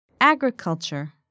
Agriculture